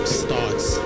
starts